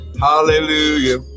hallelujah